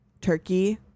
turkey